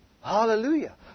Hallelujah